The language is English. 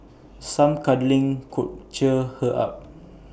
some cuddling could cheer her up